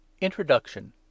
Introduction